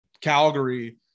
Calgary